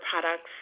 products